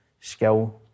Skill